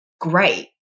great